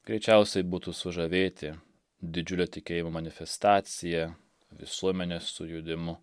greičiausiai būtų sužavėti didžiulio tikėjimo manifestacija visuomenės sujudimu